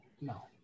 no